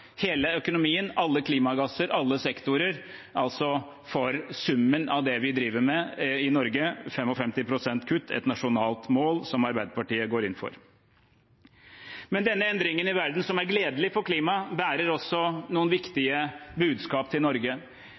hele økonomien, alle klimagasser, alle sektorer, altså for summen av det vi driver med i Norge – 55 pst. kutt, et nasjonalt mål som Arbeiderpartiet går inn for. Men denne endringen i verden, som er gledelig for klimaet, bærer også noen viktige budskap til Norge.